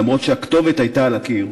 אף שהכתובת הייתה על הקיר,